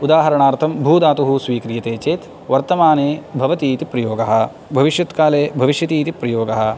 उदाहरणार्थं भू धातुः स्वीक्रियते चेत् वर्तमाने भवति इति प्रयोगः भविष्यत् काले भविष्यति इति प्रयोगः